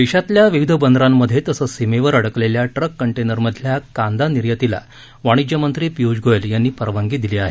देशातल्या विविध बंदरांमधे तसंच सीमेवर अडकलेल्या ट्रक कंटेनरमधल्या कांदा निर्यातीला वाणिज्यमंत्री पियुष गोयल यांनी परवानगी दिली आहे